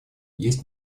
есть